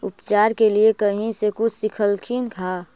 उपचार के लीये कहीं से कुछ सिखलखिन हा?